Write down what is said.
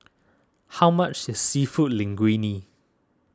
how much is Seafood Linguine